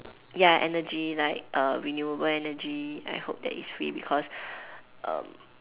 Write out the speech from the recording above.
ya energy like err renewable energy I hope that it's free because